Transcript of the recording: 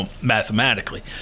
mathematically